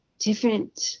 different